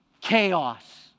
Chaos